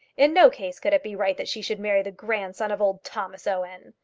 in no case could it be right that she should marry the grandson of old thomas owen.